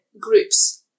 groups